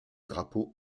drapeau